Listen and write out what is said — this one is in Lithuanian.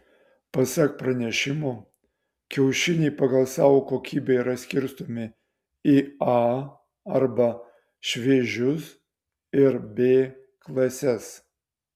pasak pranešimo kiaušiniai pagal savo kokybę yra skirstomi į a arba šviežius ir b klases